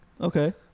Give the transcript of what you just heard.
Okay